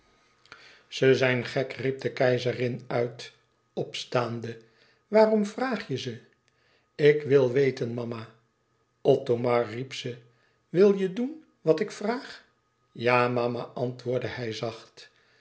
ze zijn gek riep de keizerin uit opstaande waarom vraag je ze ik wil weten mama othomar riep ze wil je doen wat ik vraag ja mama antwoordde hij zacht